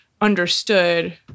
understood